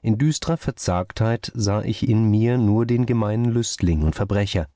in düstrer verzagtheit sah ich in mir nur den gemeinen lüstling und verbrecher